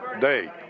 day